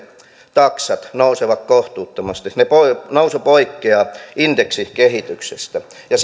taksat nousevat kohtuuttomasti eli nousu poikkeaa indeksikehityksestä ja